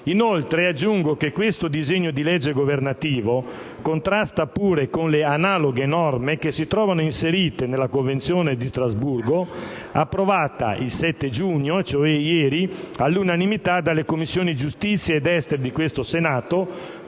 bancario. Aggiungo che questo disegno di legge governativo contrasta pure con le analoghe norme che si trovano inserite nella Convenzione di Strasburgo del 1999, approvata il 7 giugno scorso, cioè ieri, all'unanimità dalle Commissioni giustizia e affari esteri di questo Senato,